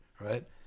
right